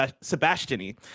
Sebastiani